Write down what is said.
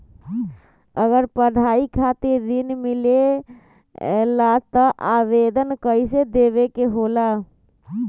अगर पढ़ाई खातीर ऋण मिले ला त आवेदन कईसे देवे के होला?